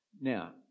Now